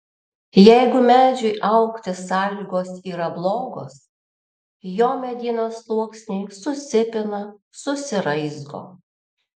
jeigu medžiui augti sąlygos yra blogos jo medienos sluoksniai susipina susiraizgo